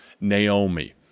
Naomi